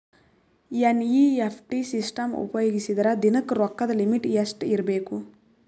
NEFT system ಉಪಯೋಗಿಸಿದರ ದಿನದ ರೊಕ್ಕದ ಲಿಮಿಟ್ ಎಷ್ಟ ಇರಬೇಕು?